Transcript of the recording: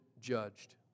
judged